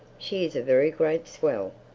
she is a very great swell.